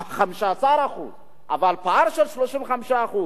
15%. אבל פער של 35%,